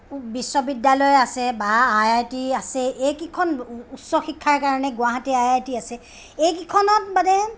বিশ্ববিদ্যালয় আছে বা আই আই টি আছে এইকেইখন উচ্চ শিক্ষাৰ কাৰণে গুৱাহাটী আই আই টি আছে এইকেইখনত মানে